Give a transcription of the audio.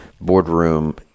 boardroom